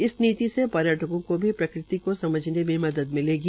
इस नीति से पर्यटकों को भी प्रकृति को समझने में मदद मिलेगी